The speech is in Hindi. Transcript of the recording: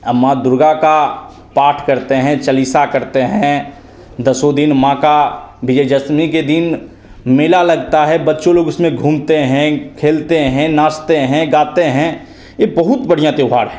और माँ दुर्गा का पाठ करते हैं चालीसा करते हैं दसों दिन माँ का विजयादशमी के दिन मेला लगता है बच्चों लोग उसमें घूमते हैं खेलते हैं नाचते हैं गाते हैं ये बहुत बढ़िया त्यौहार है